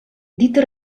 dita